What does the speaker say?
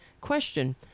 Question